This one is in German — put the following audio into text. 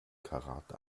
karate